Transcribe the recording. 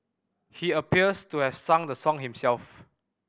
he appears to have sung the song himself